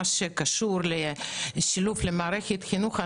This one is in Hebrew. מה שקשור לשילוב במערכת החינוך,